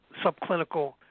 subclinical